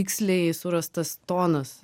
tiksliai surastas tonas